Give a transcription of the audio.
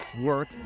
work